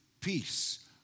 peace